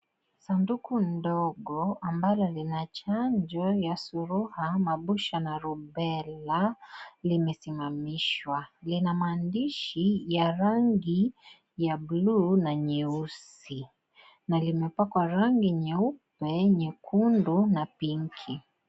Sanduku ndogo ambalo lina chanjo ya suluha, mabucha na lubela limesimamishwa. Lina maandishi ya rangi ya buluu na nyeusi na limepakwa rangi nyeupe, nyekundu na pinki.